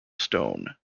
stone